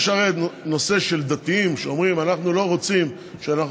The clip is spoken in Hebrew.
יש הרי נושא של דתיים שאומרים: אנחנו לא רוצים שכשאנחנו